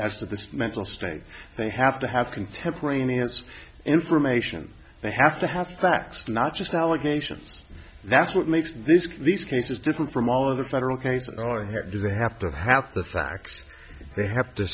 as to this mental state they have to have contemporaneous information they have to have facts not just allegations that's what makes this these cases different from all of the federal cases are here because they have to have the facts they have to